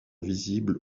visible